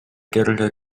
kerge